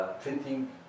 printing